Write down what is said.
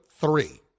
three